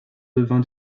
devint